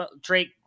Drake